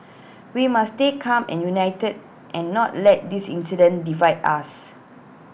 we must stay calm and united and not let this incident divide us